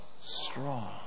strong